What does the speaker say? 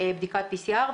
בדיקת PCR,